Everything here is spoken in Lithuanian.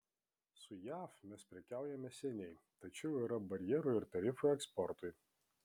su jav mes prekiaujame seniai tačiau yra barjerų ir tarifų eksportui